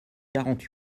quarante